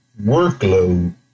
workload